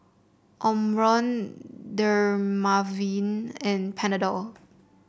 Omron Dermaveen and Panadol